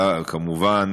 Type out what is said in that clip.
כמובן,